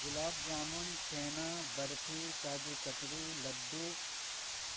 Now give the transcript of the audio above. گلاب jamun chhena barfi kaju katli لڈو